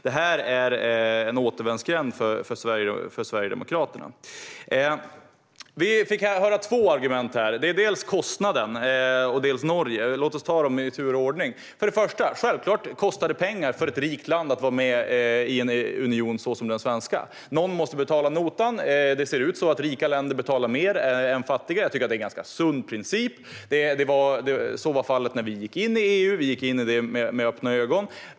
Detta är en återvändsgränd för Sverigedemokraterna. Vi fick höra två argument. Det var dels kostnaden, dels Norge. Låt oss ta dem i tur och ordning. Självklart kostar det pengar för ett rikt land, såsom Sverige, att vara med i en union. Någon måste betala notan. Det ser ut så att rika länder betalar mer än fattiga. Jag tycker att det är en ganska sund princip. Så var fallet när vi gick in i EU. Vi gick in i det med öppna ögon.